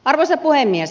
arvoisa puhemies